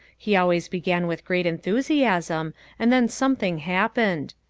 he always began with great enthusiasm and then something happened.